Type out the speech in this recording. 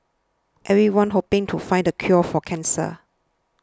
everyone's hoping to find the cure for cancer